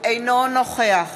אינו נוכח